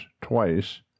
twice